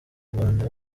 rwanda